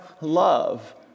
love